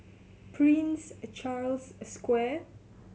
Prince Charles Square